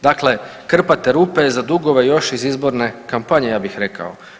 Dakle, krpate rupe za dugove još iz izborne kampanje ja bih rekao.